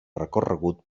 recorregut